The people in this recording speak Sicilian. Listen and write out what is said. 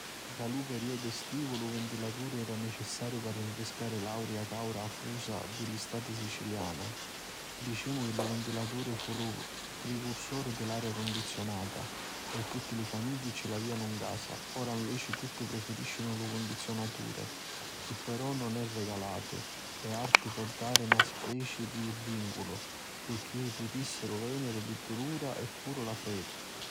Nta lu periodu estivu lu vintilaturi era nicissariu pi rifriscari l'aria càura afusa di la stati siciliana. Dicemu chi lu vintilaturi fu lu pricursuri di l'aria cundiziunata e tutti li famigghi ci l'avianu 'n casa, ora nveci tutti prifiriscinu lu condiziunaturi chi però si nun è regulatu ad arti po dari na speci di rinculu pirchì putissiru veniri li dulura e puru la frevi.